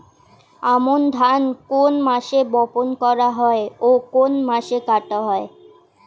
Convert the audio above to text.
আমন ধান কোন মাসে বপন করা হয় ও কোন মাসে কাটা হয়?